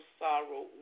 sorrow